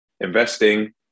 Investing